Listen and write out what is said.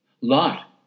Lot